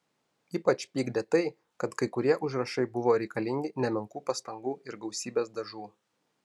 ypač pykdė tai kad kai kurie užrašai buvo reikalingi nemenkų pastangų ir gausybės dažų